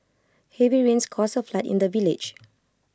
heavy rains caused A flood in the village